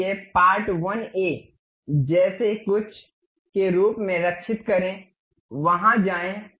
इसलिएपार्ट 1 a जैसे कुछ के रूप में सेव करे वहां जाएं